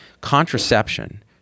Contraception